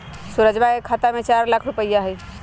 सुरजवा के खाता में चार लाख रुपइया हई